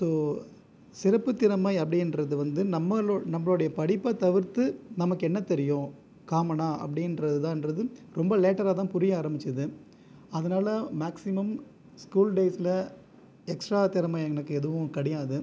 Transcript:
so சிறப்பு திறமை அப்படின்றது வந்து நம்மளோ நம்மளோடய படிப்பை தவிர்த்து நமக்கு என்ன தெரியும் காம்மன்னா அப்படின்றது தான் என்றது ரொம்ப லேட்டராக தான் புரிய ஆரம்பிச்சது அதனால் மேக்சிமம் ஸ்கூல் டேஸில் எக்ஸ்ட்ரா திறமை எனக்கு எதுவும் எனக்கு கிடையாது